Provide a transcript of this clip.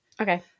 Okay